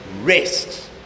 rest